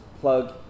plug